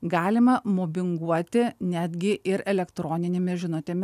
galima mobinguoti netgi ir elektroninėmis žinutėmi